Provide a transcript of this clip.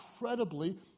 incredibly